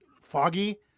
foggy